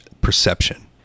perception